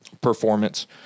performance